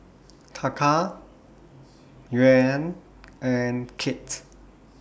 Taka Yuan and Kyat